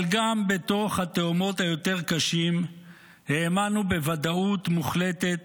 אבל גם בתוך התהומות היותר-קשים האמנו בוודאות מוחלטת